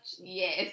Yes